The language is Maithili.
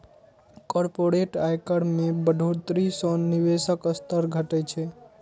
कॉरपोरेट आयकर मे बढ़ोतरी सं निवेशक स्तर घटै छै